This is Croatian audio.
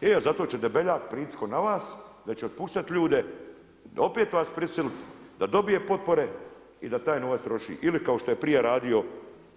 E, a zato će Debeljak pritiskom na vas da će otpuštat ljude opet vas prisiliti da dobije potpore i da taj novac troši li kao što je prije radio